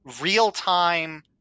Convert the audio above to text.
real-time